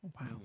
Wow